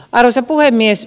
arvoisa puhemies